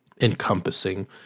encompassing